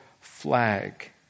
flag